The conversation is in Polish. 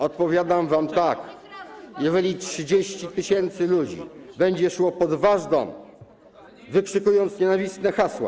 Odpowiadam wam tak: jeżeli 30 tys. ludzi będzie szło pod wasz dom, wykrzykując nienawistne hasła.